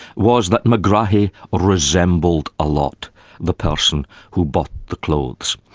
was that megrahi resembled a lot the person who bought the clothes.